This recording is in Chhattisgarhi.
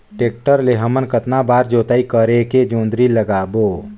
टेक्टर ले हमन कतना बार जोताई करेके जोंदरी लगाबो?